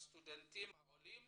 הסטודנטים העולים